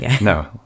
No